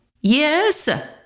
Yes